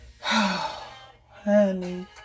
honey